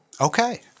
Okay